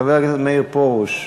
חבר הכנסת מאיר פרוש,